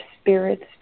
spirits